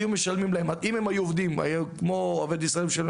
אם היו עובדים כמו עובד ישראלי היו משלמים